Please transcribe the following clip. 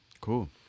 cool